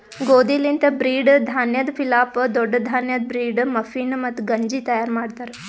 ಗೋದಿ ಲಿಂತ್ ಬ್ರೀಡ್, ಧಾನ್ಯದ್ ಪಿಲಾಫ್, ದೊಡ್ಡ ಧಾನ್ಯದ್ ಬ್ರೀಡ್, ಮಫಿನ್, ಮತ್ತ ಗಂಜಿ ತೈಯಾರ್ ಮಾಡ್ತಾರ್